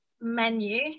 menu